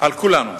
שעל כולנו